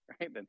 right